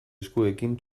eskuekin